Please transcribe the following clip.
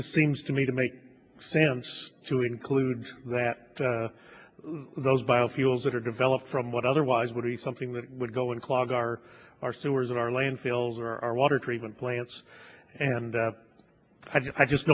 just seems to me to make sense to include that those biofuels that are developed from what otherwise would be something that would go in clog our our sewers and our landfills or our water treatment plants and i just